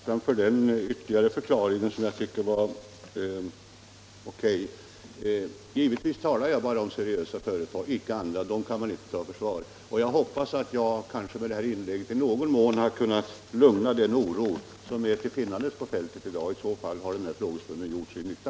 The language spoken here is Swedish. Fru talman! Jag är tacksam för den ytterligare förklaringen, som jag tycker är O. K. Givetvis talar jag bara om seriösa företag, icke om andra — sådana kan man icke försvara. Jag hoppas att jag med dessa inlägg i någon mån har kunnat stilla den oro som är till finnandes ute på fältet i dag. I så fall har denna frågedebatt varit till nytta.